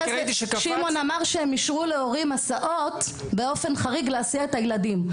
שמעון אמר שהם אישרו להורים הסעות באופן חריג להסיע את הילדים.